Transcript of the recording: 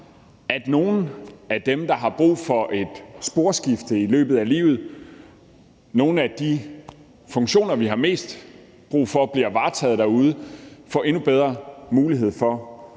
at nogle af dem, der har brug for et sporskifte i løbet af livet, kan skifte til nogle af de funktioner, vi har mest brug for bliver varetaget derude, så man får endnu bedre mulighed for at